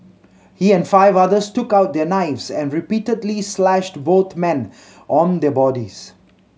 he and five others took out their knives and repeatedly slashed both men on their bodies